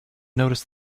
notice